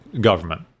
government